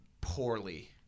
poorly